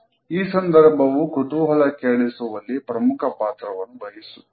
ಈ ಸಂದರ್ಭವು ಕುತೂಹಲ ಕೆರಳಿಸುವಲ್ಲಿ ಪ್ರಮುಖ ಪಾತ್ರವನ್ನು ವಹಿಸುತ್ತದೆ